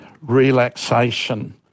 relaxation